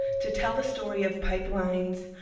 to tell the story of pipelines,